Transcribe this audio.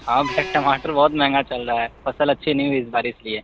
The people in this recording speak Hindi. हाँ भैया टमाटर बहुत महंगा चल रहा है फ़सल अच्छी नहीं हुई इस बार इस लिए